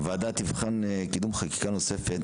הוועדה תבחן קידום של חקיקה נוספת,